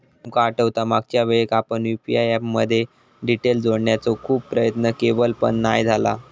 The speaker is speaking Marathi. तुका आठवता मागच्यावेळेक आपण यु.पी.आय ऍप मध्ये डिटेल जोडण्याचो खूप प्रयत्न केवल पण नाय झाला